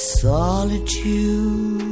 solitude